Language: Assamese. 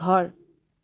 ঘৰ